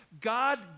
God